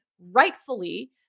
rightfully